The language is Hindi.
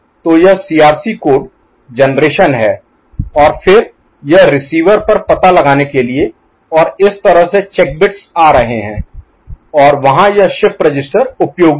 तो यह सीआरसी कोड जनरेशन है और फिर यह रिसीवर पर पता लगाने के लिए और इस तरह से चेक बिट्स आ रहे हैं और वहां यह शिफ्ट रजिस्टर उपयोगी है